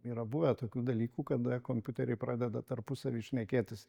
yra buvę tokių dalykų kada kompiuteriai pradeda tarpusavy šnekėtis